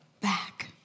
back